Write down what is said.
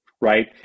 right